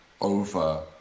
over